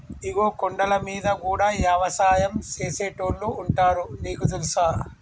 ఇగో కొండలమీద గూడా యవసాయం సేసేటోళ్లు ఉంటారు నీకు తెలుసా